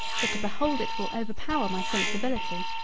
but to behold it will overpower my sensibility.